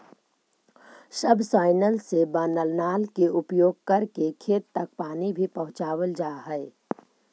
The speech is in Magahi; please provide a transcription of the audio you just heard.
सब्सॉइलर से बनल नाल के उपयोग करके खेत तक पानी भी पहुँचावल जा हई